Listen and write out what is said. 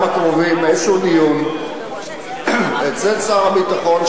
הקרובים איזשהו דיון אצל שר הביטחון,